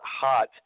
hot